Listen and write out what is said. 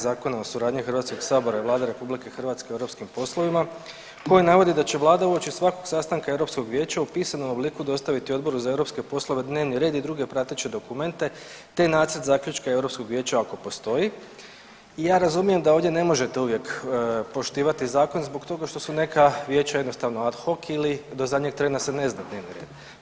Zakona o suradnji HS i Vlade RH o europskim poslovima koji navodi da će vlada uoči svakog sastanka Europskog vijeća u pisanom obliku dostaviti Odboru za europske poslove dnevni red i druge prateće dokumente, te nacrt zaključka Europskog vijeća ako postoji i ja razumijem da ovdje ne možete uvijek poštivati zakon zbog toga što su neka vijeća jednostavno ad hoc ili do zadnjeg trena se ne zna dnevni red.